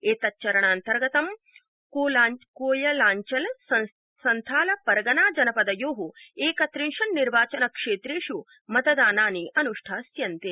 एतच्चारणान्तर्गतं कोयलांचल संथाल परगना जनपदयो एकत्रिंशत् निर्वाचनक्षेत्रेष् मतदानानि अनुष्ठास्यन्ते